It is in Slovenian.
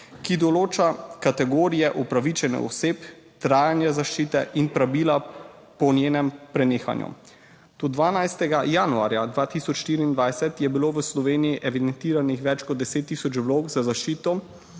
ki določa kategorije upravičenih oseb, trajanje zaščite in pravila. Po njenem prenehanju. 12. januarja 2024 je bilo v Sloveniji evidentiranih več kot 10 tisoč vlog za zaščito,